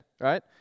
right